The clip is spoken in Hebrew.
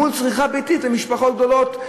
מול צריכה ביתית למשפחות גדולות,